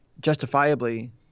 justifiably